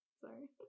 sorry